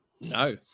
No